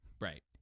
Right